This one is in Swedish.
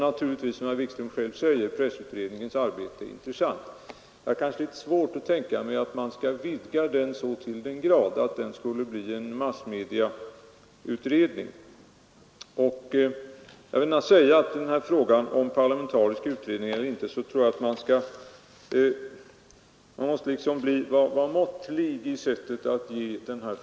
Naturligtvis är också, som herr Wikström själv säger, pressutredningens arbete intressant, men jag har kanske litet svårt att tänka mig att man skulle vidga den så till den grad att den skulle bli en massmedieutredning. Frågan om parlamentarisk utredning eller inte måste man nog ge måttliga proportioner.